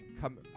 come